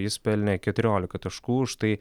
jis pelnė keturiolika taškų už tai